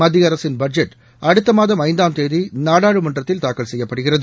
மத்திய அரசின் பட்ஜேட் அடுத்த மாதம் ஐந்தாம் தேதி நாடாளுமன்றத்தில் தாக்கல் செய்யப்படுகிறது